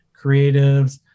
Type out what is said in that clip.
creatives